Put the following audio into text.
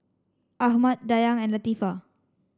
Ahmad Dayang and Latifa